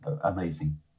amazing